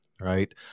right